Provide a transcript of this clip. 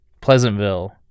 Pleasantville